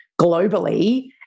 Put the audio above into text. globally